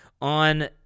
on